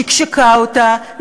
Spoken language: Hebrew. שקשקה אותה,